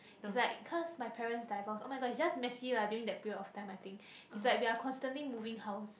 is like cause my parents divorce oh-my-god is just messy lah during that period of time I think is like we are constantly moving house